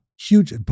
Huge